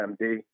MD